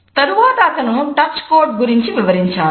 తరువాత అతను touch code గురించి వివరించారు